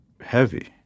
Heavy